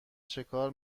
چکار